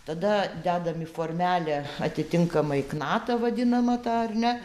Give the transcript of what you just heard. tada dedam į formelę atitinkamai knatą vadinamą tą ar ne